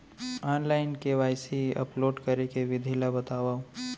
Online KYC upload करे के विधि ला बतावव?